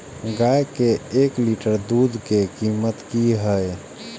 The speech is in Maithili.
गाय के एक लीटर दूध के कीमत की हय?